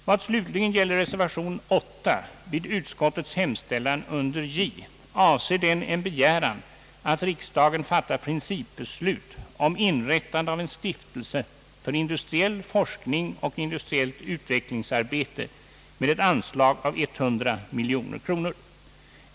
Vad slutligen gäller reservation 8 vid utskottets hemställan under J avser den en begäran att riksdagen fattar principbeslut om inrättande av en stiftelse för industriell forskning och industriellt utvecklingsarbete med ett anslag av 100 miljoner kronor.